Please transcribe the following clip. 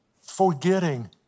forgetting